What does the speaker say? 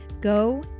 Go